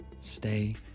stay